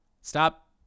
stop